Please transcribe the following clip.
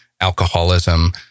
alcoholism